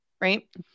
right